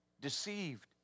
deceived